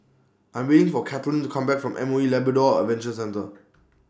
I'm waiting For Katlyn to Come Back from M O E Labrador Adventure Centre